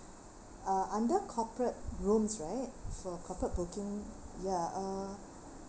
uh under corporate rooms right for corporate booking ya uh